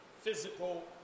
physical